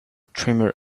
streamer